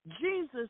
Jesus